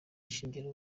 shingiro